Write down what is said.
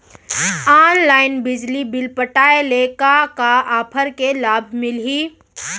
Online बिजली bill पटाय ले का का ऑफ़र के लाभ मिलही?